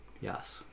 yes